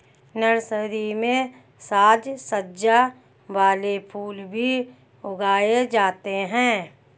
nursery में साज सज्जा वाले फूल भी उगाए जाते हैं